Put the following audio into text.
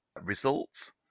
results